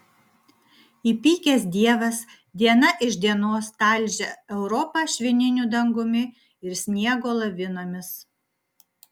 įpykęs dievas diena iš dienos talžė europą švininiu dangumi ir sniego lavinomis